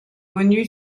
connue